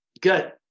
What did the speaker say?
Good